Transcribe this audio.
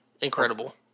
incredible